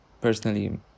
personally